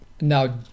Now